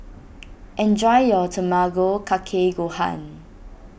enjoy your Tamago Kake Gohan